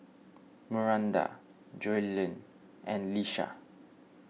Miranda Joellen and Lisha